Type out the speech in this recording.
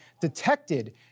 detected